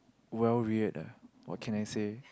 well weird ah what can I say